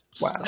wow